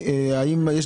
בתוך